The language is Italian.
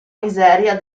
miseria